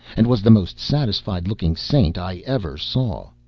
and was the most satisfied looking saint i ever saw.